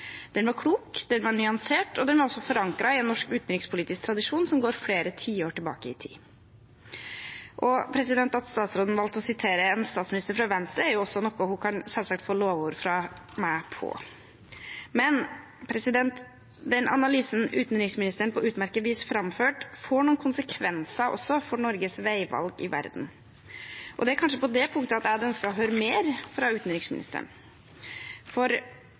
Den var klok, den var nyansert, og den var også forankret i en norsk utenrikspolitisk tradisjon som går flere tiår tilbake i tid, og at statsråden valgte å sitere en statsminister fra Venstre, er jo også noe hun selvsagt kan få lovord for fra meg. Men den analysen utenriksministeren på utmerket vis framførte, får noen konsekvenser også for Norges veivalg i verden, og det er kanskje på det punktet at jeg hadde ønsket å høre mer fra utenriksministeren.